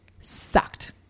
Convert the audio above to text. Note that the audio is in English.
sucked